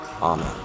Amen